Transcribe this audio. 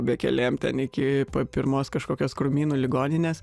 bekelėm ten iki pat pirmos kažkokios krūmynų ligoninės